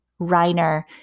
Reiner